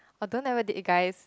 although never date a guy